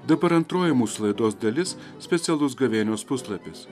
dabar antroji mūsų laidos dalis specialus gavėnios puslapis